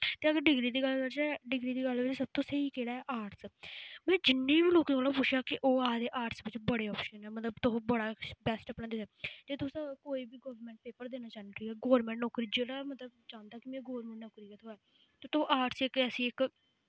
ते अगर डिग्री दी गल्ल करचै डिग्री दी गल्ल सबतो स्हेई केह्ड़ा ऐ आर्ट्स मैं जिन्ने बी लोकें कोला पुच्छेआ कि ओह् आखदे आर्ट्स बिच्च बड़े आप्शंस न मतलब तुस बड़ा किश बैस्ट अपना देई सकने जे तुस कोई बी गोरमैंट पेपर देना चाह्न्ने ठीक ऐ गोरमैंट नौकरी जेह्ड़ा मतलब चांह्दा मतलब कि मैं गोरमैंट नौकरी गै थोऐ ते तुस आर्ट्स इक ऐसी इक